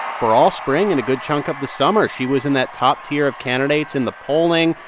for all spring and a good chunk of the summer, she was in that top tier of candidates in the polling.